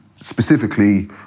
specifically